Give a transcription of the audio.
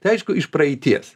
tai aišku iš praeities